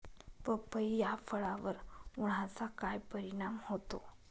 पपई या फळावर उन्हाचा काय परिणाम होतो?